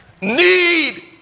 need